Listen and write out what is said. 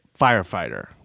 firefighter